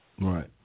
Right